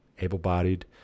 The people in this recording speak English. able-bodied